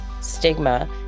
stigma